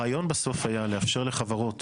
הרעיון בסוף היה לאפשר לחברה